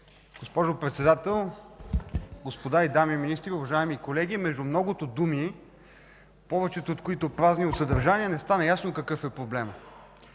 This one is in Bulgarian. Госпожо Председател, дами и господа министри, уважаеми колеги! Между многото думи, повечето от които празни от съдържание, не стана ясно какъв е проблемът.